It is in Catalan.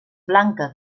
blanca